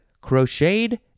crocheted